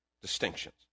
distinctions